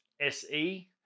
SE